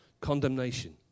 condemnation